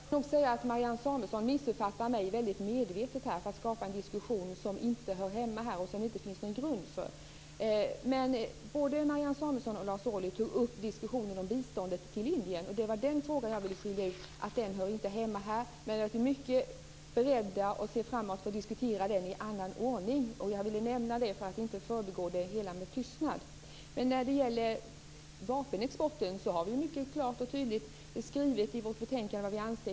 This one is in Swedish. Herr talman! Marianne Samuelsson missuppfattade mig medvetet för att skapa en diskussion som inte hör hemma här och som det inte finns grund för. Både Marianne Samuelsson och Lars Ohly tog upp diskussionen om biståndet till Indien. Jag ville skilja ut att den frågan inte hör hemma här. Men jag ser fram emot att diskutera den i en annan ordning. Jag ville nämna det för att inte förbigå frågan med tystnad. När det gäller vapenexporten har vi klart och tydligt skrivit i betänkandet vad vi anser.